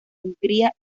hungría